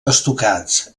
estucats